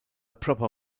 proper